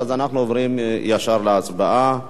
אנחנו עוברים ישר להצבעה.